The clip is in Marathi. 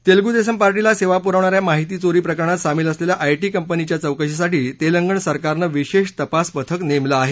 तेलगू देसम पार्टीला सेवा पुरवणाऱ्या माहिती चोरी प्रकरणात सामील असलेल्या आयटी कंपनीच्या चौकशीसाठी तेलंगणा सरकारनं विशेष तपास पथक नेमलं आहे